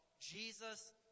Jesus